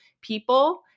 people